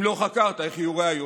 אם לא חקרת, איך יהיו ראיות?